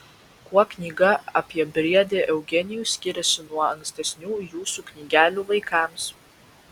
kuo knyga apie briedį eugenijų skiriasi nuo ankstesnių jūsų knygelių vaikams